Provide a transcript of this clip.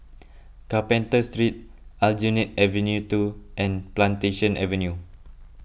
Carpenter Street Aljunied Avenue two and Plantation Avenue